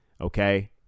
Okay